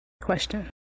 Question